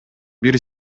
бир